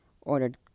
ordered